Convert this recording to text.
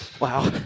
Wow